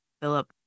philip